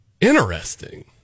Interesting